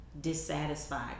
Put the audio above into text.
dissatisfied